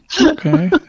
okay